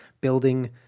building